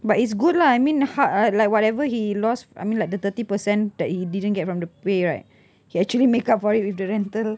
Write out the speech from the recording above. but it's good lah I mean ho~ like whatever he lost I mean like the thirty percent that he didn't get from the pay right he actually make up for it with the rental